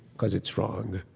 because it's wrong.